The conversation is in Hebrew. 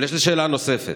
יש לי שאלה נוספת.